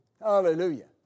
Hallelujah